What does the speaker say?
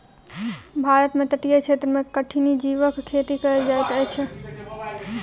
भारत में तटीय क्षेत्र में कठिनी जीवक खेती कयल जाइत अछि